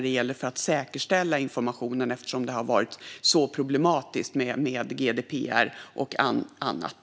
Det handlar om att säkerställa tillgången till information eftersom det har varit så problematiskt med GDPR och annat.